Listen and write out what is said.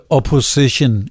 Opposition